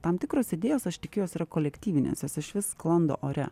tam tikros idėjos aš tikiu jos yra kolektyvinės jos išvis sklando ore